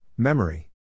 Memory